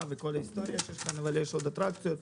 וכל ההיסטוריה שלנו ויש עוד אטרקציות.